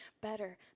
better